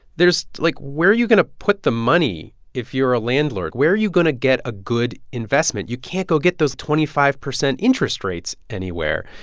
there's like, where are you going to put the money if you're a landlord? where are you going to get a good investment? you can't go get those twenty five percent interest rates anywhere.